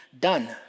done